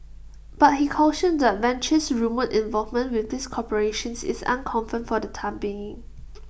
but he cautioned that Venture's rumoured involvement with these corporations is unconfirmed for the time being